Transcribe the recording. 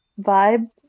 vibe